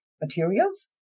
materials